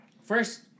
first